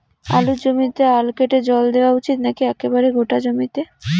আলুর জমিতে আল কেটে জল দেওয়া উচিৎ নাকি একেবারে গোটা জমিতে?